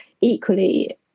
equally